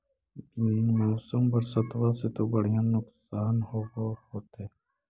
बिन मौसम बरसतबा से तो बढ़िया नुक्सान होब होतै?